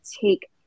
take